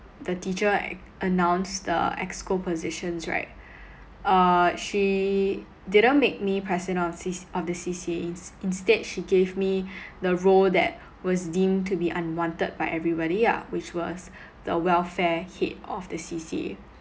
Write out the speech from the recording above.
the teacher an~ announced the EXCO positions right uh she didn't make me president of C of the C_C_A instead she gave me the role that was deemed to be unwanted by everybody ah which was the welfare head of the C_C_A